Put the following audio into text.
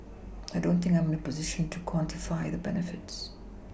I don't think I'm in a position to quantify the benefits